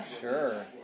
sure